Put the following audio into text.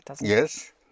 Yes